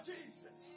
Jesus